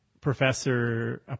professor